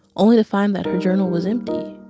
only to find that her journal was empty.